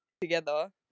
together